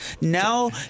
now